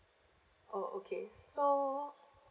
oh okay so